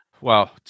Wow